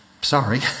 Sorry